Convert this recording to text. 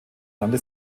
nannte